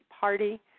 party